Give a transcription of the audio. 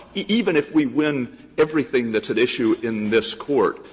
even if we win everything that's at issue in this court,